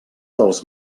dels